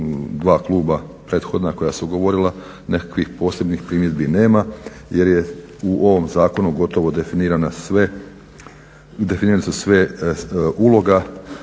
dva kluba prethodna koja su govorila nekakvih posebnih primjedbi nema jer je u ovom zakonu gotovo definirane su sve, uloga,